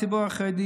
הציבור החרדי,